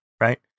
right